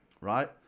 right